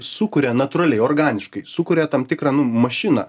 sukuria natūraliai organiškai sukuria tam tikrą mašiną